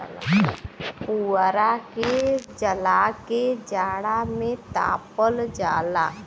पुवरा के जला के जाड़ा में तापल जाला